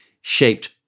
shaped